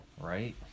Right